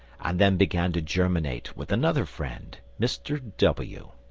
and then began to germinate with another friend, mr w.